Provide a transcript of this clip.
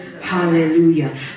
Hallelujah